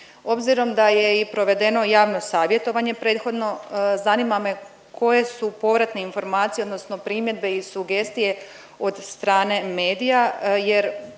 Obzirom da je i provedeno javno savjetovanje prethodno zanima me koje su povratne informacije, odnosno primjedbe i sugestije od strane medija jer